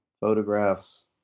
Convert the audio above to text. photographs